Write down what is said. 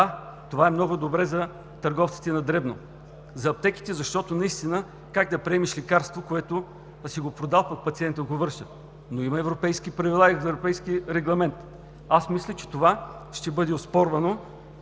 това е много добре за търговците на дребно, за аптеките, защото наистина как да приемеш лекарство, което си продал, пък пациентът го връща? Но има европейски правила и европейски регламент. Аз мисля, че това ще бъде оспорвано,